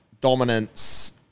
dominance